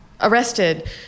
arrested